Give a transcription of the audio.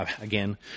again